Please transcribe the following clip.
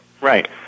Right